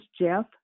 Jeff